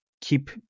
keep